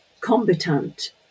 combatant